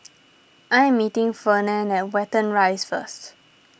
I am meeting Fernand at Watten Rise first